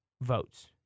votes